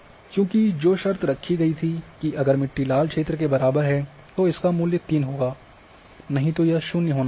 क्योंकि जो शर्त रखी गई थी कि अगर मिट्टी लाल क्षेत्र के बराबर है तो इसका मूल्य तीन होगा नहीं तो यह शून्य होना चाहिए